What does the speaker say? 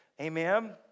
Amen